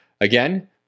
Again